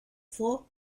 for